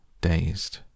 dazed